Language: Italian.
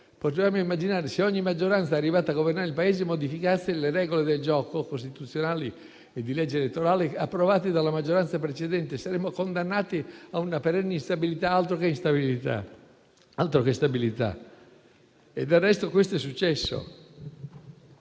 Proviamo a immaginare se ogni maggioranza arrivata a governare il Paese modificasse le regole del gioco costituzionali e della legge elettorale approvate dalla maggioranza precedente: saremmo condannati a una perenne instabilità. Altro che stabilità! Del resto questo è successo: